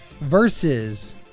versus